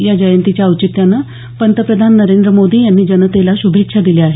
या जयंतीच्या औचित्यानं पंतप्रधान नरेंद्र मोदी यांनी जनतेला शुभेच्छा दिल्या आहेत